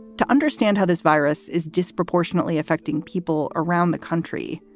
to understand how this virus is disproportionately affecting people around the country,